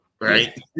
right